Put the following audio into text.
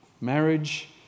Marriage